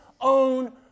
own